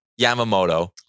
Yamamoto